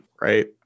right